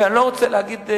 ואני לא רוצה להגיד,